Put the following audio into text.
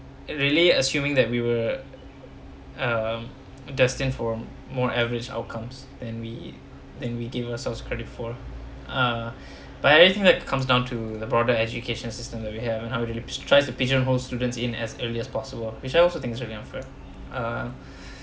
it really assuming that we were um destined for more average outcomes than we than we give ourselves credit for uh but anything that comes down to the broader education system that we have and how it really tries to pigeonhole students in as early as possible which I also things are going for uh uh